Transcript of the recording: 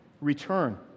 return